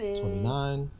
twenty-nine